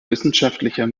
wissenschaftlicher